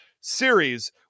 series